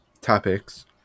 topics